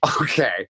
okay